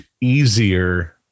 easier